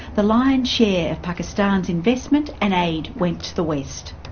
the lion's share of pakistan's investment and aid went to the west.